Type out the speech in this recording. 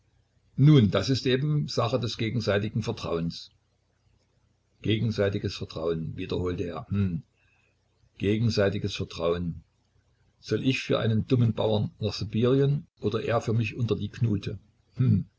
nun das ist eben sache des gegenseitigen vertrauens gegenseitiges vertrauen wiederholte er hm gegenseitiges vertrauen soll ich für einen dummen bauern nach sibirien oder er für mich unter die knute